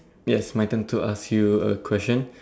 yes my turn to ask you a question